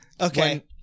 Okay